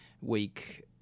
week